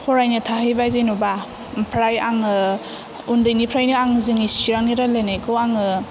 फरायनो थाहैबाय जेन'बा ओमफ्राय आङो उन्दैनिफ्रायनो आं जोंनि चिरांनि रायलायनायखौ आङो